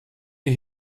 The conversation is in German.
die